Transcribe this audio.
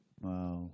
Wow